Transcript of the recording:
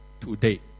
today